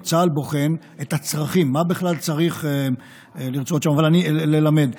או צה"ל בוחן, את הצרכים, מה בכלל צריך ללמד שם.